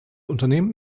unternehmen